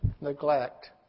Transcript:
neglect